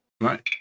Right